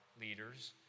leaders